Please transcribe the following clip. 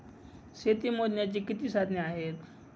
शेती मोजण्याची किती साधने आहेत?